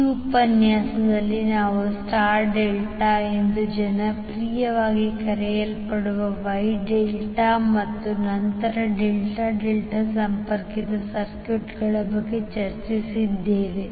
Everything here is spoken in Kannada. ಈ ಉಪನ್ಯಾಸದಲ್ಲಿ ನಾವು ಸ್ಟಾರ್ ಡೆಲ್ಟಾ ಎಂದು ಜನಪ್ರಿಯವಾಗಿ ಕರೆಯಲ್ಪಡುವ ವೈ ಡೆಲ್ಟಾ ಮತ್ತು ನಂತರ ಡೆಲ್ಟಾ ಡೆಲ್ಟಾ ಸಂಪರ್ಕಿತ ಸರ್ಕ್ಯೂಟ್ಗಳ ಬಗ್ಗೆ ಚರ್ಚಿಸಿದ್ದೇವೆ